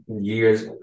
years